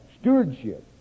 stewardship